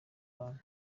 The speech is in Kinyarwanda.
abantu